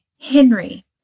Henry